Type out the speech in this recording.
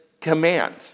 command